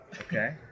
Okay